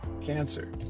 cancer